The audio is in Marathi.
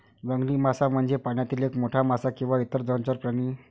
जंगली मासा म्हणजे पाण्यातील एक मोठा मासा किंवा इतर जलचर प्राणी